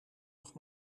nog